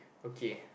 okay